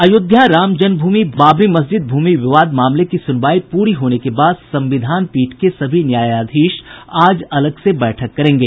अयोध्या राम जन्म भूमि बाबरी मस्जिद भूमि विवाद मामले की सुनवाई पूरी होने के बाद संविधान पीठ के सभी न्यायाधीश आज अलग से बैठक करेंगे